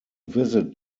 visit